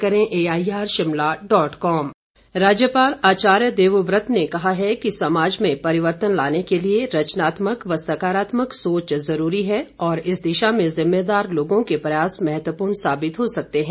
कार्यशाला राज्यपाल आचार्य देवव्रत ने कहा है कि समाज में परिवर्तन लाने के लिए रचनात्मक व सकारात्मक सोच जरूरी है और इस दिशा में जिम्मेवार लोगों के प्रयास महत्वपूर्ण साबित हो सकते हैं